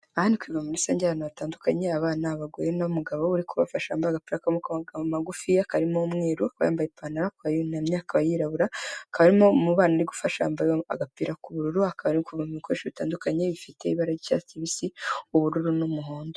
Aha ni ku ivomero rusange aho abantu batandukanye abana, abagore, n'umugabo uri kubafasha yambaye agapira k'amaboko magufiya karimo umweru, akaba yambaye ipantaro, akaba yunamye, akaba yirabura, hakaba harimo mu bana arimo gufasha uwambaye agapira k'ubururu, bakaba bari kuvomera mu ibikoresho bitandukanye bifite ibara ry'icyatsi kibisi, ubururu n'umuhondo.